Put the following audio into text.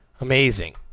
Amazing